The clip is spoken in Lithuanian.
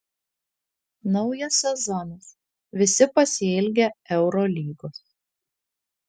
naujas sezonas visi pasiilgę eurolygos